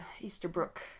Easterbrook